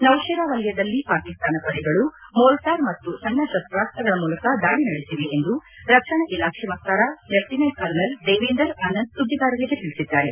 ನೌತೆರಾ ವಲಯದಲ್ಲಿ ಪಾಕಿಸ್ತಾನ ಪಡೆಗಳು ಮೋರ್ಟಾರ್ ಮತ್ತು ಸಣ್ಣ ತಸ್ತಾಸ್ತಗಳ ಮೂಲಕ ದಾಳಿ ನಡೆಸಿವೆ ಎಂದು ರಕ್ಷಣ ಇಲಾಖೆ ವಕ್ತಾರ ಲೆಫ್ಟಿನೆಂಟ್ ಕರ್ನಲ್ ದೇವೇಂದರ್ ಆನಂದ್ ಸುದ್ದಿಗಾರರಿಗೆ ತಿಳಿಸಿದ್ದಾರೆ